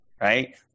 right